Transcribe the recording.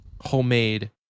homemade